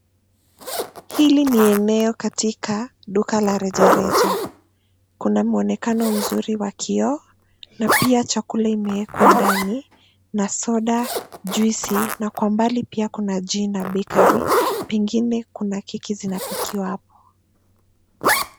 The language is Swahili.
Hili ni eneo katika duka la rejareja, kuna muonekano mzuri wa kioo na pia chakula imewekwa ndani na soda juice na kwa mbali pia kuna jina bakery pengine kuna keki, zinapikiwa hapo.